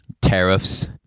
tariffs